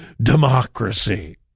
democracy